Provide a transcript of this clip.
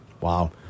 Wow